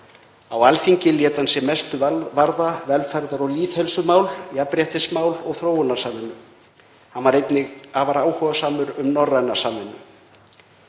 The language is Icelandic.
Á Alþingi lét hann sig mestu varða velferðar- og lýðheilsumál, jafnréttismál og þróunarsamvinnu. Hann var einnig áhugasamur um norræna samvinnu.